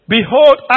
Behold